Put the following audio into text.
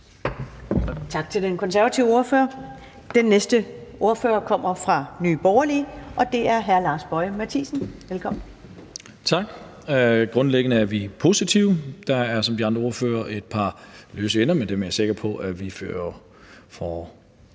Tak til den konservative ordfører. Den næste ordfører kommer fra Nye Borgerlige, og det er hr. Lars Boje Mathiesen. Velkommen. Kl. 11:09 (Ordfører) Lars Boje Mathiesen (NB): Tak. Grundlæggende er vi positive. Der er, som de andre ordførere har sagt, et par løse ender, men dem er jeg sikker på at vi får styr